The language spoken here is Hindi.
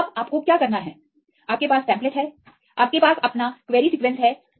अब आपको क्या करना है आपके पास टेम्पलेट हैं आपके पासअपना क्वेरी सीक्वेंसहैं